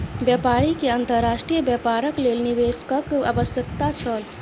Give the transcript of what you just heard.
व्यापारी के अंतर्राष्ट्रीय व्यापारक लेल निवेशकक आवश्यकता छल